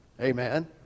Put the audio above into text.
Amen